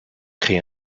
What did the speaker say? crée